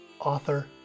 author